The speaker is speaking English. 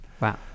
wow